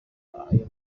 ayo